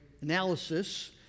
analysis